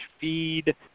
feed